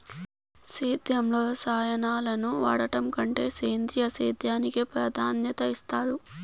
సేద్యంలో రసాయనాలను వాడడం కంటే సేంద్రియ సేద్యానికి ప్రాధాన్యత ఇస్తారు